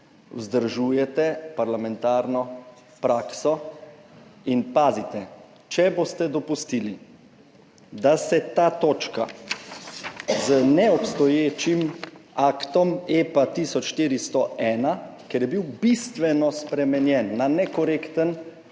vzdržujete parlamentarno prakso. In pazite, če boste dopustili, da se ta točka z neobstoječim aktom EPA 1401, ker je bil bistveno spremenjen na nekorekten